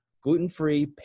gluten-free